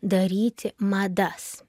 daryti madas